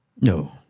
No